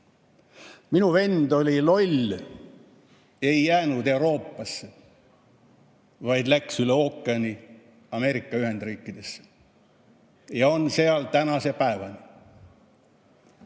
Minu vend oli loll, ei jäänud Euroopasse, vaid läks üle ookeani Ameerika Ühendriikidesse. Ja on seal tänase päevani.